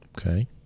Okay